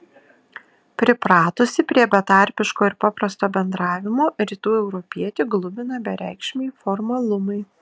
pripratusį prie betarpiško ir paprasto bendravimo rytų europietį glumina bereikšmiai formalumai